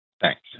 Thanks